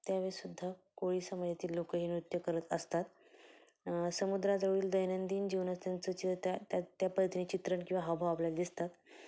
त्यावेळीसुद्धा कोळी समाजातील लोकंही नृत्य करत असतात समुद्राजवळील दैनंदिन जीवनात त्यांचं चि त्या त्या पद्धतीने चित्रण किंवा हावभाव आपल्याला दिसतात